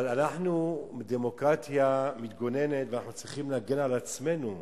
אבל אנחנו דמוקרטיה מתגוננת ואנחנו צריכים להגן על עצמנו.